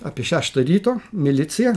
apie šeštą ryto milicija